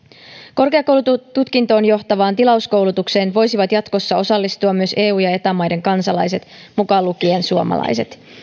korkeakoulututkintoon johtavaan tilauskoulutukseen voisivat jatkossa osallistua myös eu ja ja eta maiden kansalaiset mukaan lukien suomalaiset